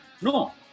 No